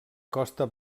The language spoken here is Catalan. costa